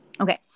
Okay